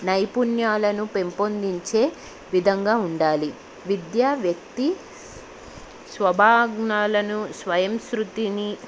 నైపుణ్యాలను పెంపొందించే విధంగా ఉండాలి విద్య వ్యక్తి స్వభావాన్ని స్వయం శృతిని